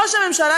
ראש הממשלה,